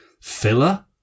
filler